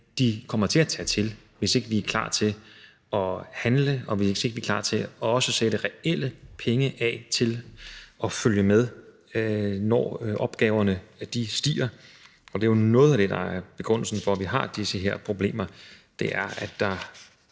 de kommer til at tage til, hvis ikke vi er klar til at handle, og hvis ikke vi er klar til også at sætte reelle penge af til at følge med, når opgaverne øges. Noget af det, der er grunden til, at vi har de her problemer, er, at der